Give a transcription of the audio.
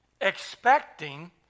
expecting